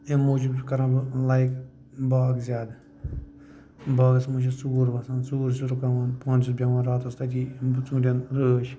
اَمہِ موٗجوٗب چھُس بہٕ کران لایِک باغ زیادٕ باغَس منٛز چھِ ژوٗر وَسان ژوٗر چھُس رُکاوان پانہٕ چھُس بیٚہوان راتَس تَتی ژوٗنٛٹھؠن رٲچھ